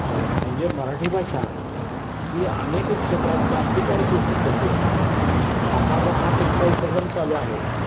म्हणजे मराठी भाषा ही अनेक क्षेत्रात क्रांतिकारक गोष्टी करते आहे म्हणजे आता जो हा तुमचा उपक्रम चालू आहे